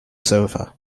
sofa